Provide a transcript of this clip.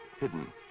Hidden